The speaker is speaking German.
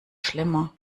schlimmer